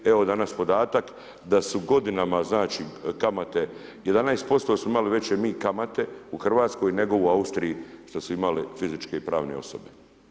Evo danas podatak, da su godinama znači, kamate, 11% su imali veće mi kamate u Hrvatskoj, nego u Austriji, što su imali fizičke i pravne osobe.